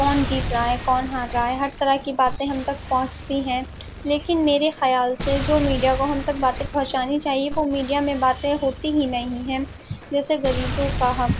کون جیت رہا ہے کون ہار رہا ہے ہر طرح کی باتیں ہم تک پہنچتی ہیں لیکن میرے خیال سے جو میڈیا کو ہم تک باتیں پہنچانی چاہیے وہ میڈیا میں باتیں ہوتی ہی نہیں ہیں جیسے غریبوں کا حق